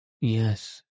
Yes